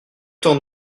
temps